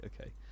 Okay